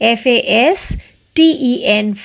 fasten